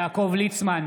יעקב ליצמן,